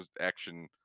action